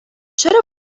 چرا